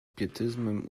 pietyzmem